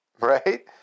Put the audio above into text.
right